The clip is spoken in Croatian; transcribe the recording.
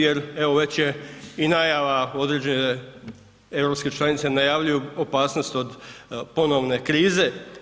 Jer evo već je i najava određene europske članice najavljuju opasnost od ponovne krize.